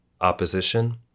opposition